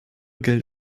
gilt